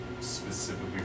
specifically